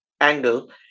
angle